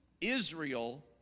Israel